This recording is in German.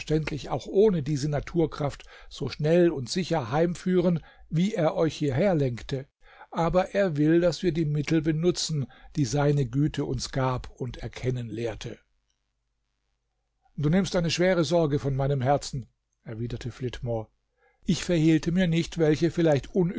auch ohne diese naturkraft so schnell und sicher heimführen wie er euch hierherlenkte aber er will daß wir die mittel benutzen die seine güte uns gab und erkennen lehrte du nimmst eine schwere sorge von meinem herzen erwiderte flitmore ich verhehlte mir nicht welche vielleicht